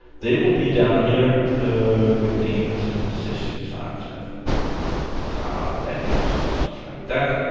they will be down here with names and session times and time out values and stuff like that.